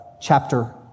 chapter